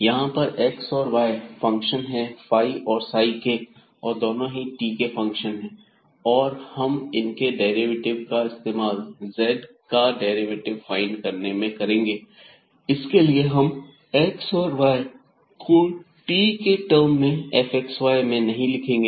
यहां पर x और y फंक्शन हैं फाई और साई के और दोनों ही t के फंक्शन हैं और हम इनके डेरिवेटिव का इस्तेमाल z का डेरिवेटिव फाइंड करने में करेंगे इसके लिए हम x और y को t के टर्म में fxy में नहीं लिखेंगे